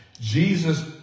Jesus